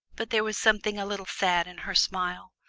but there was something a little sad in her smile.